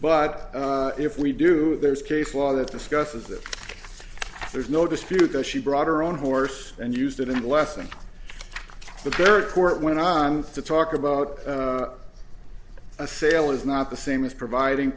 but if we do there's case law that discusses that there's no dispute that she brought her own horse and used it in less than the third court went on to talk about a sale is not the same as providing